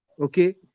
okay